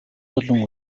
болон